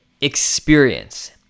experience